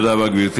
תודה רבה, גברתי.